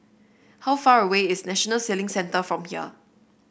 how far away is National Sailing Centre from here